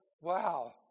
wow